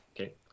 Okay